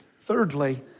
thirdly